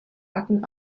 backen